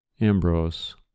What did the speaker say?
Ambrose